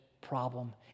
problem